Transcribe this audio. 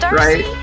right